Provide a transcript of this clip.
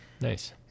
Nice